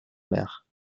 mère